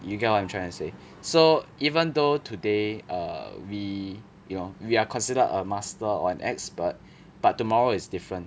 you get what I'm trying to say so even though today err we you know we are considered a master or expert but tomorrow is different